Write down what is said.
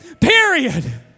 period